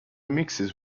mixes